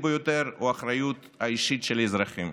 ביותר הוא האחריות האישית של האזרחים,